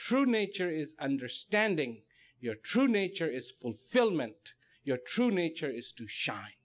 true nature is understanding your true nature is fulfilment your true nature is to sh